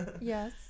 yes